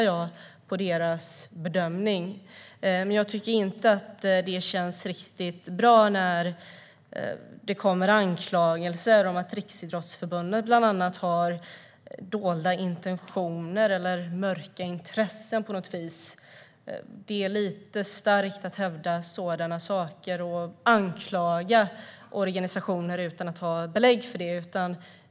Jag tycker dock inte att det känns riktigt bra när det kommer anklagelser om att Riksidrottsförbundet har dolda intentioner eller mörka intressen. Det är lite starkt att hävda sådana saker och anklaga organisationer utan att ha belägg för det.